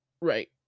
right